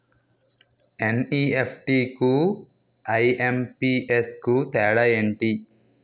NEFT కు IMPS కు తేడా ఎంటి?